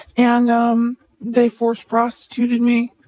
and um they forced prostituted me.